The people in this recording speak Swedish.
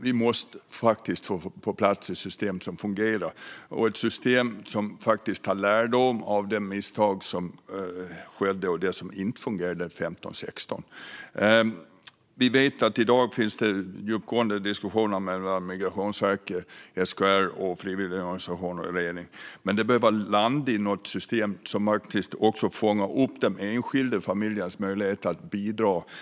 Vi måste få på plats ett system som fungerar och som faktiskt drar lärdom av de misstag som skedde och det som inte fungerade 2015 och 16. Vi vet att det i dag förs djupgående diskussioner mellan Migrationsverket, SKR, frivilligorganisationer och regeringen, men de behöver landa i ett system som fångar upp de enskilda familjernas möjlighet att bidra.